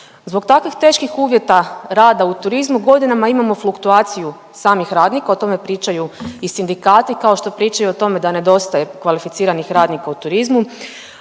Zbog takvih teških uvjeta rada u turizmu godinama imamo fluktuaciju samih radnika, o tome pričaju i sindikati kao što pričaju o tome da nedostaje kvalificiranih radnika u turizmu,